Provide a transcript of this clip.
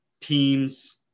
teams